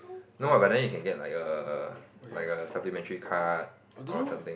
no ah but then you can get like a like a supplementary card or something